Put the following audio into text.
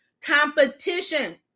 competition